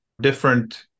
different